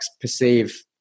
perceive